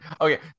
Okay